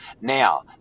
Now